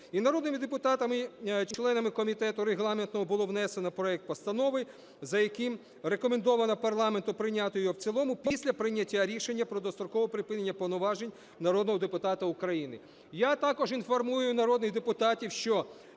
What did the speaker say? і народними депутатами, членами Комітету регламентного, було внесено проект постанови, за яким рекомендовано парламенту прийняти його в цілому після прийняття рішення про дострокове припинення повноважень народного депутата України. Я також інформую народних депутатів, що